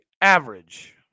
average